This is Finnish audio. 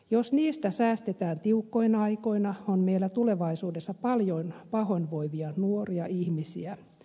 jos niistä säästetään tiukkoina aikoina on meillä tulevaisuudessa paljon pahoinvoivia nuoria ihmisiä